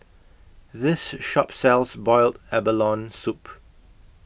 This Shop sells boiled abalone Soup